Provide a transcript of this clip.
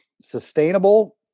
sustainable